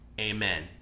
Amen